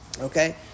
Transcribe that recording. Okay